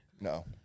No